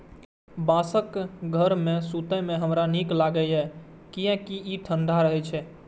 बांसक घर मे सुतै मे हमरा नीक लागैए, कियैकि ई ठंढा रहै छै